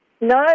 no